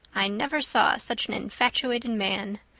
i never saw such an infatuated man.